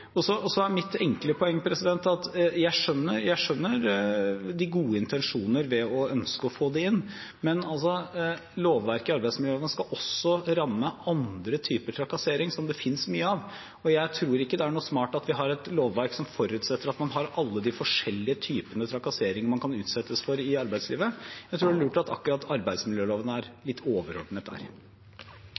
og ikke «seksuell trakassering». Så er mitt enkle poeng at jeg skjønner de gode intensjonene med å ønske å få dette inn. Men lovverket i arbeidsmiljøloven skal også ramme andre typer trakassering, som det finnes mye av. Jeg tror ikke det er noe smart å ha et lovverk som forutsetter at man har alle de forskjellige typene trakassering man kan utsettes for i arbeidslivet. Jeg tror det er lurt at akkurat arbeidsmiljøloven er litt overordnet der.